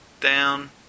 down